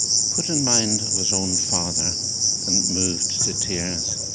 put in mind of his own father and moved to tears